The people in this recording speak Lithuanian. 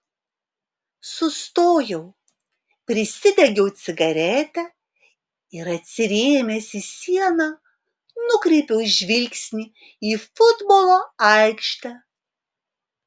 sustojau prisidegiau cigaretę ir atsirėmęs į sieną nukreipiau žvilgsnį į futbolo aikštę